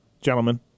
gentlemen